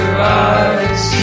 rise